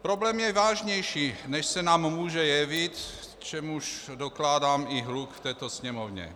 Problém je vážnější, než se nám může jevit, k čemuž dokládám i hluk v této sněmovně.